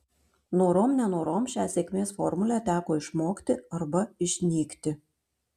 norom nenorom šią sėkmės formulę teko išmokti arba išnykti